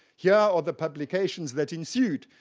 yeah are the publications that ensued